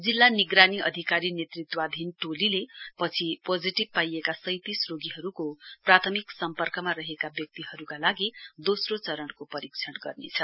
जिल्ला निगरानी अधिकारी नेतृत्व अधीन टोलीले पछि पोजिटिभ पाइएका सैँतिस रोगीहरूको प्राथमिक सम्पर्कमा रहेका व्यक्तिहरूका लागि दोस्रो चरणको परीक्षण गर्नेछ